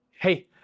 Hey